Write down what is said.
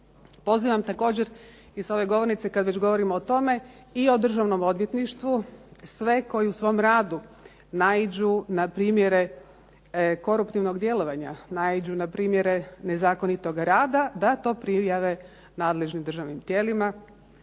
Pozivam također i sa ove govornice kad već govorimo o tome, i o Državnom odvjetništvu sve koji u svom radu naiđu na primjere koruptivnog djelovanja, naiđu na primjere nezakonitoga rada da to prijave nadležnim državnim tijelima,